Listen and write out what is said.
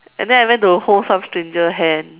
and then I went to hold some stranger hand